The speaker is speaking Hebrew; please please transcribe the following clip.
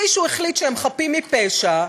מישהו החליט שהם חפים מפשע,